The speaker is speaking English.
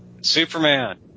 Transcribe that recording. Superman